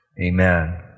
Amen